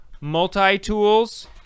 Multi-tools